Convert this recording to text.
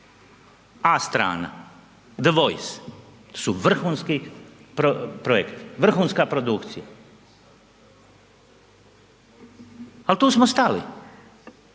A Strana, The Voice su vrhunsku projekti, vrhunska produkcija, al tu smo stali,